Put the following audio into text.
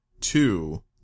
two